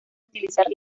utilizar